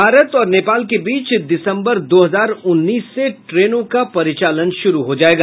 भारत और नेपाल के बीच दिसंबर दो हजार उन्नीस से ट्रेनों का परिचालन शुरू हो जायेगा